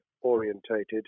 orientated